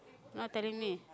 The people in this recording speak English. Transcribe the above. not telling me